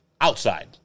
outside